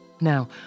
Now